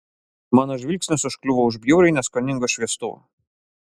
mano žvilgsnis užkliuvo už bjauriai neskoningo šviestuvo